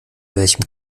welchem